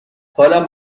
حالم